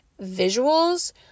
visuals